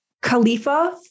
khalifa